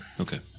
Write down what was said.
Okay